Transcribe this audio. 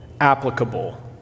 applicable